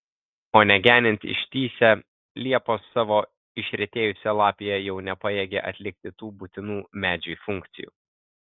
o negenint ištįsę liepos savo išretėjusia lapija jau nepajėgia atlikti tų būtinų medžiui funkcijų